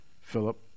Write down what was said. Philip